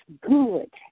good